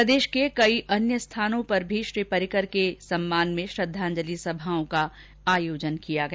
प्रदेश के कई अन्य स्थानों पर भी श्री पर्रिकर के लिए श्रद्वांजलि सभाओं का आयोजन किया गया